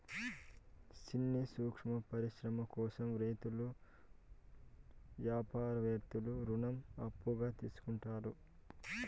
సిన్న సూక్ష్మ పరిశ్రమల కోసం రైతులు యాపారత్తులు రుణం అప్పుగా తీసుకుంటారు